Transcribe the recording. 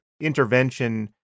intervention